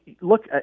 look